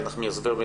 איילת נחמיאס ורבין,